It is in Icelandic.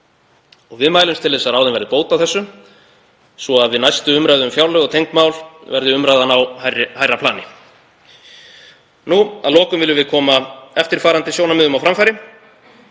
Við mælumst til þess að ráðin verði bót á þessu svo að við næstu umræðu um fjárlög og tengd mál verði umræðan á hærra plani. Að lokum viljum við koma eftirfarandi sjónarmiðum á framfæri: